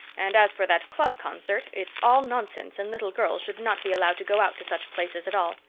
and as for that club concert, it's all nonsense, and little girls should not be allowed to go out to such places at all.